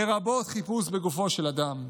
לרבות חיפוש על גופו של אדם.